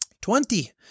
Twenty